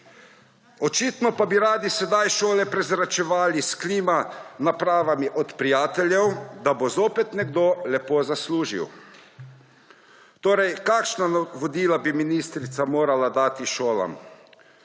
Očitno pa bi radi sedaj šole prezračevali s klimatskimi napravami od prijateljev, da bo zopet nekdo lepo zaslužil. Torej, kakšna navodila bi ministrica morala dati šolam?